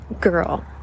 Girl